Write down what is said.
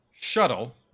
shuttle